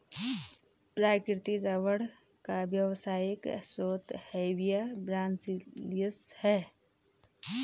प्राकृतिक रबर का व्यावसायिक स्रोत हेविया ब्रासिलिएन्सिस है